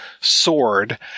sword